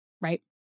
right